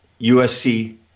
USC